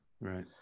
right